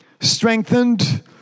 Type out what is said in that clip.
strengthened